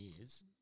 years